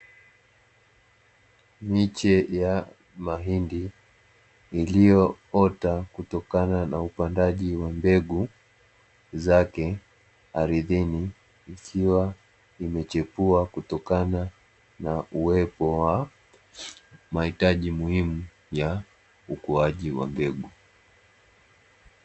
Miche ya mahindi iliyoota kutokana na upandaji wa mbegu zake ardhini, ikiwa imechipua kutokana na uwepo wa mahitaji muhimu ya ukuaji wa mbegu.